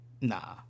nah